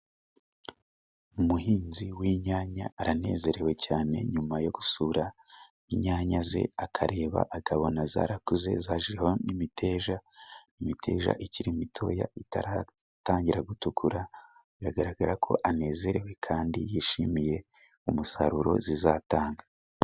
Umuhinzi w'inyanya aranezerewe cyane nyuma yo gusura inyanya ze akareba, akabona zarakuze zajeho n'imiteja, imiteja ikiri mitoya itaratangira gutukura, biragaragara ko anezerewe kandi yishimiye umusaruro zizatanga.